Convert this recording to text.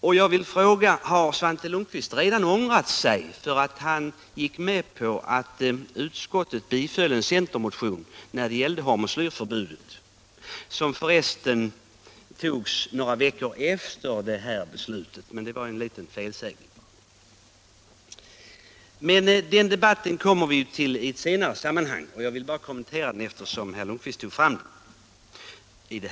Jag vill därför fråga om Svante Lundkvist redan har ångrat att utskottet tillstyrkte en centermotion om hormoslyrförbudet, ett beslut som fattades efter det, nu aktuella beslutet. Den debatten kommer vi till i ett senare sammanhang. Jag vill bara kommentera den nu, eftersom herr Lundkvist tog upp den saken.